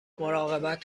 مراقبت